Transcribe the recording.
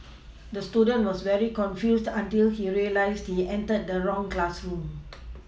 the student was very confused until he realised he entered the wrong classroom